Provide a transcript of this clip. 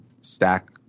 stack